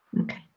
Okay